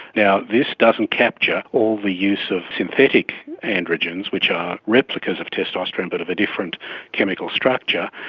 now, this doesn't capture all the use of synthetic androgens which are replicas of testosterone but of a different chemical structure.